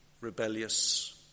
rebellious